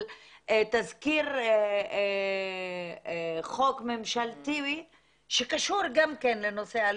תזכיר חוק ממשלתי שקשור גם כן לנושא אלימות,